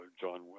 John